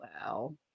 Wow